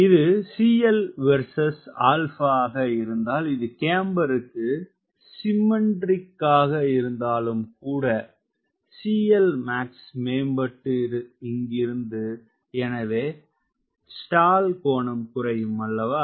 இது CL versus α ஆக இருந்தால் இது கேம்பருக்கு சிமெற்றிக்காக இருந்தாலும் கூட CLmax மேம்பாடு இங்கிருக்கிறது எனவே ஸ்டால் கோணம் குறையும் அன்றோ